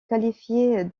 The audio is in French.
qualifiées